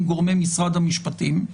עם גורמי משרד המשפטים.